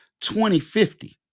2050